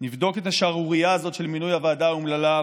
נבדוק את השערורייה הזאת של מינוי הוועדה האומללה.